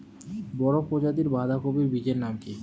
বড় প্রজাতীর বাঁধাকপির বীজের নাম কি?